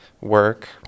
work